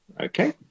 Okay